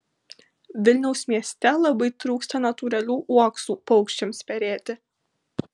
vilniaus mieste labai trūksta natūralių uoksų paukščiams perėti